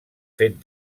fet